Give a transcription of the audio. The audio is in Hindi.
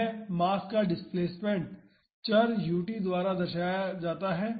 यह मास का डिस्प्लेसमेंट चर ut द्वारा दर्शाया जाता है